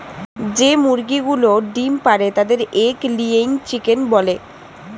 যে মুরগিগুলো ডিম পাড়ে তাদের এগ লেয়িং চিকেন বলে